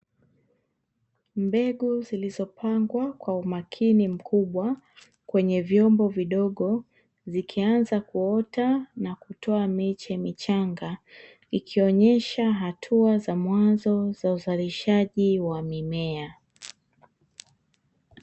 Mbegu zilizopangwa kwa umakini mkubwa kwenye vyombo vidogo, zikianza kuota na kutoa miche michanga, ikionyesha hatua za mwanzo za uzalishaji wa mimea.